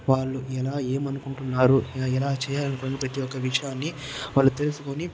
వాళ్లు ఎలా ఏమనుకుంటున్నారు ఎలా చేయాలనుకుని ప్రతి ఒక్క విషయాన్నీ వాళ్ళు తెలుసుకొని